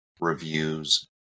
reviews